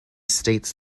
states